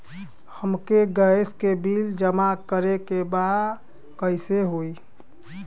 हमके गैस के बिल जमा करे के बा कैसे जमा होई?